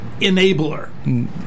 enabler